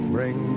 Bring